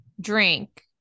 drink